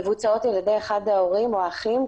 מבוצעות על-ידי אחד ההורים או האחים,